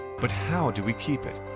but how do we keep it?